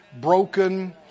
broken